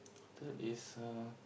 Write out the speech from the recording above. third is uh